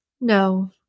No